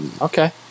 Okay